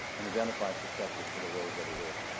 and identifies successors for the roles that are there,